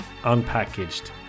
unpackaged